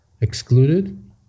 excluded